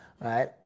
right